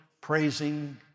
praising